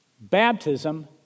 Baptism